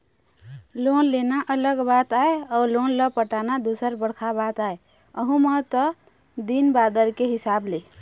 loan लेना अलग बात आय अउ लोन ल पटाना दूसर बड़का बात आय अहूँ म तय दिन बादर के हिसाब ले